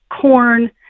corn